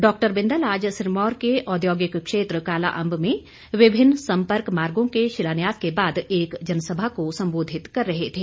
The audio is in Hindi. डॉक्टर बिंदल आज सिरमौर के औद्योगिक क्षेत्र कालाअंब में विभिन्न सम्पर्क मार्गो के शिलान्यास के बाद एक जनसभा को संबोधित कर रहे थे